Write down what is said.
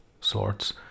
sorts